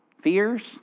Fears